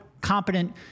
competent